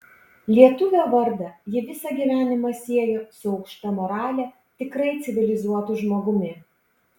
lietuvio vardą ji visą gyvenimą siejo su aukšta morale tikrai civilizuotu žmogumi